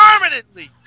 permanently